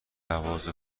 حواس